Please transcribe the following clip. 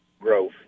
growth